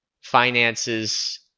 finances